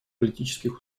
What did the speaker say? политических